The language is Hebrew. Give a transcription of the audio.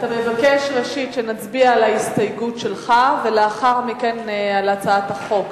אתה מבקש ראשית שנצביע על ההסתייגות שלך ולאחר מכן על הצעת החוק,